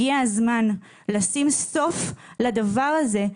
הגיע הזמן לשים סוף לדבר הזה.